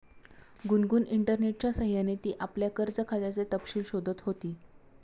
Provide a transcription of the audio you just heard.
गुनगुन इंटरनेटच्या सह्याने ती आपल्या कर्ज खात्याचे तपशील शोधत होती